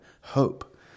hope